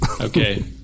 Okay